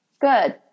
good